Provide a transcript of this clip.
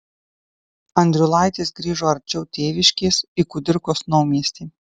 andriulaitis grįžo arčiau tėviškės į kudirkos naumiestį